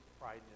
pride